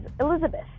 Elizabeth